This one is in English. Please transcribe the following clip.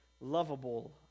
lovable